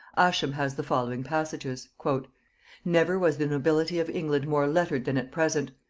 ascham has the following passages. never was the nobility of england more lettered than at present.